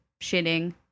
shitting